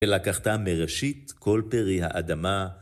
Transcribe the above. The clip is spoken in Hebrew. ולקחת מראשית כל פרי האדמה.